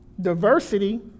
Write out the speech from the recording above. diversity